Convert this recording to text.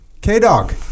K-Dog